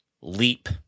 Leap